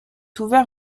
ouvert